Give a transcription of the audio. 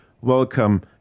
welcome